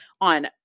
on